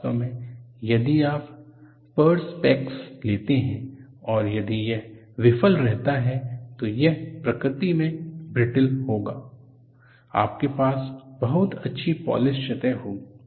वास्तव में यदि आप पेर्सपेक्स लेते हैं और यदि यह विफल रहता है तो यह प्रकृति में ब्रिटल होगा आपके पास बहुत अच्छी पॉलिश सतह होगी